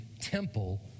temple